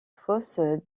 fosse